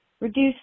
reduce